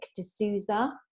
D'Souza